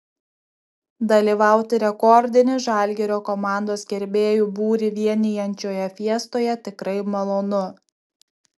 dalyvauti rekordinį žalgirio komandos gerbėjų būrį vienijančioje fiestoje tikrai malonu